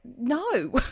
no